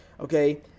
Okay